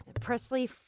Presley